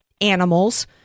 animals